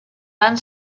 van